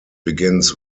begins